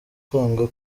kwanga